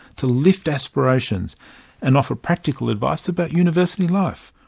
to lift aspirations and offer practical advice about university life,